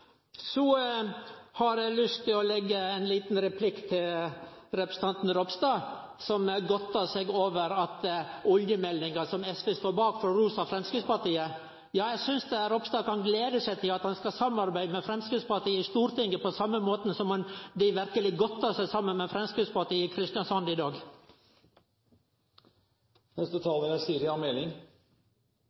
Så har eg lyst til å leggje inn ein liten replikk til representanten Ropstad, som godta seg over at oljemeldinga som SV står bak, får ros av Framstegspartiet. Ja, eg synest Ropstad kan gle seg til at han skal samarbeide med Framstegspartiet i Stortinget, på same måten som dei verkeleg godtar seg saman med Framstegspartiet i Kristiansand i dag.